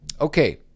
Okay